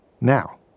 Now